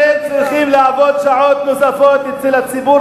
אתם צריכים לעבוד שעות נוספות אצל הציבור